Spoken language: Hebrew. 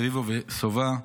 רביבו וסובה,